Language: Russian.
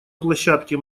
площадке